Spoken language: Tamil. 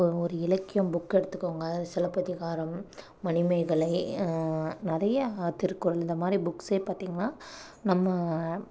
இப்போ ஒரு இலக்கியம் புக் எடுத்துக்கோங்க சிலப்பதிகாரம் மணிமேகலை நிறையா திருக்குறள் இந்தமாதிரி புக்ஸ்ஸே பார்த்திங்கன்னா நம்ம